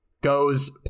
goes